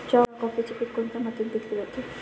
चहा, कॉफीचे पीक कोणत्या मातीत घेतले जाते?